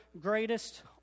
greatest